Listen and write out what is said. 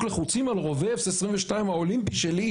לחוצים על רובה ה-F22 האולימפי שלי,